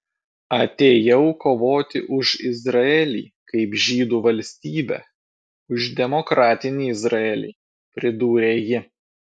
atėjau kovoti už izraelį kaip žydų valstybę už demokratinį izraelį pridūrė ji